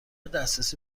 دسترسی